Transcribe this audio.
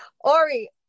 Ori